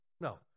No